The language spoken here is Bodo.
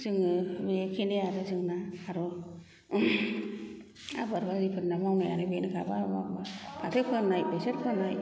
जोङो बेखिनि आरो जोंना आरो आबादारिफोरना मावनायाबो बेनोखाबा फाथो फोनाय बेसर फोनाय